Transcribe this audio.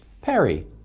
Perry